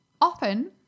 often